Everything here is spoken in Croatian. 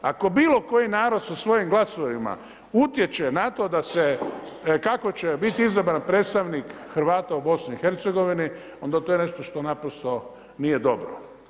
Ako bilo koji narod sa svojim glasovima utječe na to kako će biti izabran predstavnika Hrvata u BIH, onda to je nešto što naprosto nije dobro.